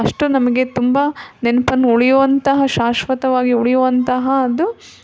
ಅಷ್ಟು ನಮಗೆ ತುಂಬ ನೆನಪನ್ನು ಉಳಿಯುವಂತಹ ಶಾಶ್ವತವಾಗಿ ಉಳಿಯುವಂತಹ ಅದು